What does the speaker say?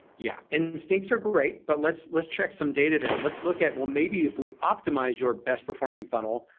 yeah, instincts are great, but let's let's check some data there. let's look at well maybe if we optimize your best performing funnel,